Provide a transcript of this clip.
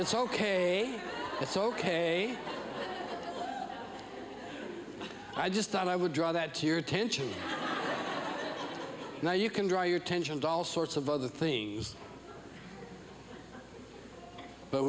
it's ok it's ok i just thought i would draw that to your attention now you can draw your attention to all sorts of other things but